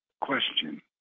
question